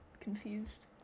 Confused